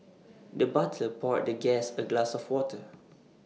the butler poured the guest A glass of water